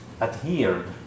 adhered